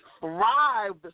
thrived